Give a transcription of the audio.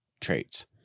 traits